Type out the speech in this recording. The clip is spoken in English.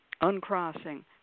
uncrossing